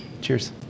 Cheers